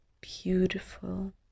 beautiful